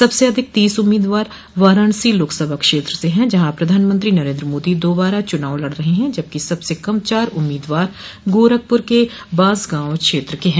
सबसे अधिक तीस उम्मीदवार वाराणसी लोकसभा क्षेत्र से हैं जहां से प्रधानमंत्री नरेन्द्र मोदी दोबारा चूनाव लड़ रहे हैं जबकि सबसे कम चार उम्मीदवार गोरखपुर के बांसगांव क्षेत्र के हैं